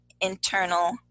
internal